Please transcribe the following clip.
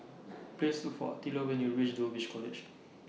Please Look For Attilio when YOU REACH Dulwich College